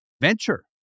venture